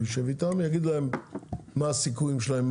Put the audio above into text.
יישב איתם ויגיד להם מה הסיכויים שלהם,